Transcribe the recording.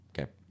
okay